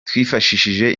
twifashishije